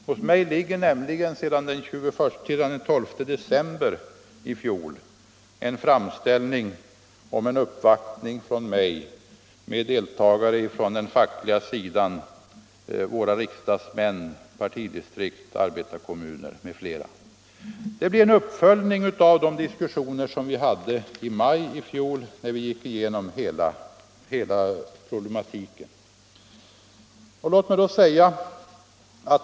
Hos mig ligger nämligen sedan den 12 december i fjol en framställning om en uppvaktning med deltagande från den fackliga sidan, socialdemokratiska riksdagsmän, partidistrikt, arbetarkommuner m.fl. Det blir en uppföljning äv de diskussioner som vi förde i maj i fjol, då vi gick igenom hela problematiken.